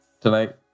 tonight